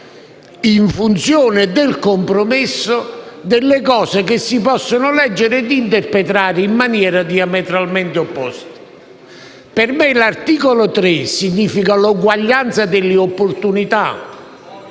in funzione del compromesso, norme che si possono leggere e interpretare in maniera diametralmente opposta. Per me, l'articolo 3 significa l'uguaglianza delle opportunità,